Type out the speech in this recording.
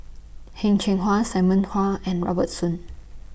Heng Cheng Hwa Simon Hwa and Robert Soon